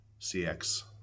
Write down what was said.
CX